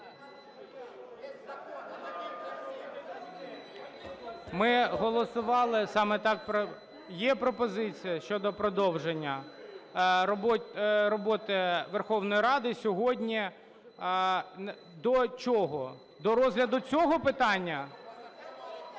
Ми голосували саме так… Є пропозиція щодо продовження роботи Верховної Ради сьогодні, до чого – до розгляду цього питання?